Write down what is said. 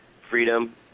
freedom